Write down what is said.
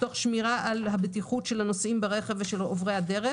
תוך שמירה על הבטיחות של הנוסעים ברכב ושל עוברי הדרך